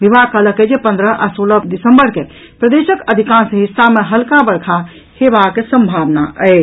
विभाग कहलक अछि जे पंद्रह आ सोलह दिसंबर के प्रदेशक अधिकांश हिस्सा मे हल्का वर्षा हेबाक संभावना अछि